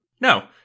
No